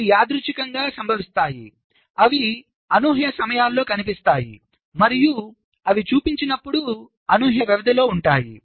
అవి యాదృచ్ఛికంగా సంభవిస్తాయి అవి అనూహ్య సమయాల్లో కనిపిస్తాయి మరియు అవి చూపించినప్పుడు అనూహ్య వ్యవధిలో ఉంటాయి